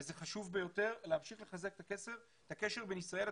וזה חשוב ביותר להמשיך לחזק את הקשר בין ישראל לתפוצות.